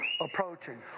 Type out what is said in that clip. approaching